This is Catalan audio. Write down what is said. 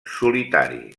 solitari